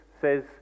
says